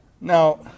Now